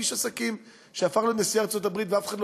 איש עסקים שהפך להיות נשיא ארצות-הברית ואף אחד לא